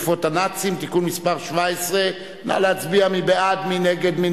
אבל העיקר שהסוגיה של העוול שנעשה לחקלאים מגיעה לקצה בחוק